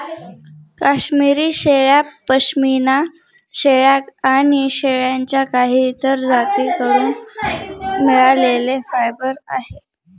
काश्मिरी शेळ्या, पश्मीना शेळ्या आणि शेळ्यांच्या काही इतर जाती कडून मिळालेले फायबर आहे